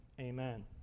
Amen